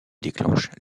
déclenche